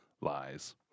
lies